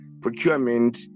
procurement